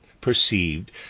perceived